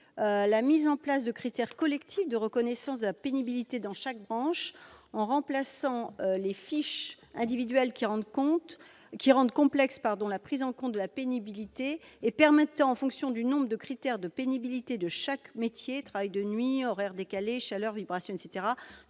la mise en place de critères collectifs de reconnaissance de la pénibilité dans chaque branche, remplaçant les fiches individuelles qui rendent complexe la prise en compte de la pénibilité et permettant, en fonction du nombre de critères de pénibilité dans chaque métier- travail de nuit, horaires décalés, chaleur, vibrations ...